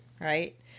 Right